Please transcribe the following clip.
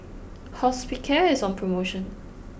Hospicare is on promotion